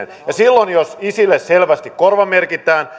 on negatiivinen silloin jos isille selvästi korvamerkitään